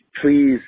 please